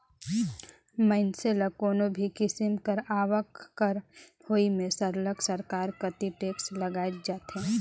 मइनसे ल कोनो भी किसिम कर आवक कर होवई में सरलग सरकार कती टेक्स लगाएच जाथे